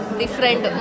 different